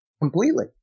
Completely